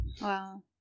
Wow